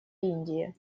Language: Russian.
индии